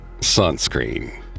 sunscreen